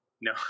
No